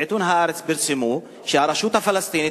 בעיתון "הארץ" פרסמו שהרשות הפלסטינית,